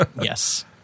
Yes